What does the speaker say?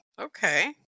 Okay